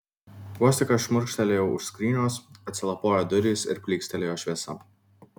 vos tik aš šmurkštelėjau už skrynios atsilapojo durys ir plykstelėjo šviesa